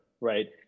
right